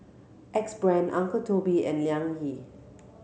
Axe Brand Uncle Toby and Liang Yi